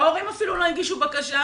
ההורים אפילו לא הגישו בקשה.